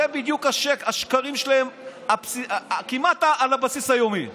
אלה בדיוק השקרים שלהם כמעט על בסיס יומי,